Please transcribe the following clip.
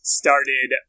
started